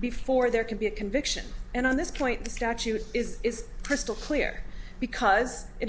before there can be a conviction and on this point the statute is crystal clear because it